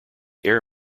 air